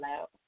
out